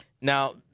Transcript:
Now